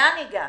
לאן הגענו?